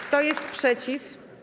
Kto jest przeciw?